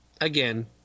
again